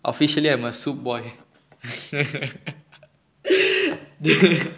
officially I'm a soup boy